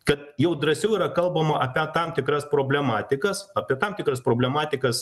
kad jau drąsiau yra kalbama apie tam tikras problematikas apie tam tikras problematikas